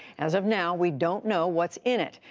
as of now, we don't know what's in it.